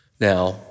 Now